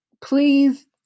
please